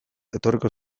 etorriko